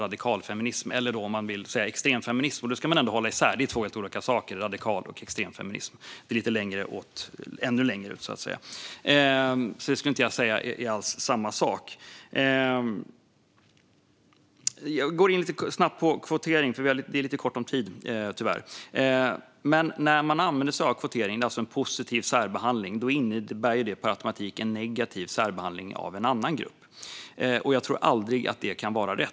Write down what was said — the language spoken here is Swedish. Man ska hålla isär radikalfeminism och extremfeminism, för de är två helt olika saker - den ena är ännu längre ut, så att säga. Jag skulle inte alls säga att de två är samma sak. Jag går in snabbt på kvotering, för vi har tyvärr ont om tid. När man använder sig av kvotering - alltså av positiv särbehandling - innebär det per automatik negativ särbehandling av en annan grupp, och jag tror inte att det någonsin kan vara rätt.